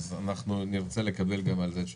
אז אנחנו נרצה לקבל גם על זה תשובה.